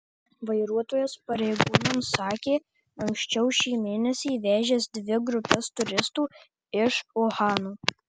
vairuotojas pareigūnams sakė anksčiau šį mėnesį vežęs dvi grupes turistų iš uhano